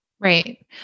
Right